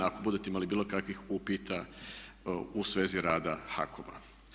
Ako budete imali bilo kakvih upita u svezi rada HAKOM-a.